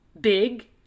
Big